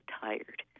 tired